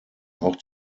auch